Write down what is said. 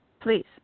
Please